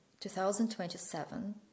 2027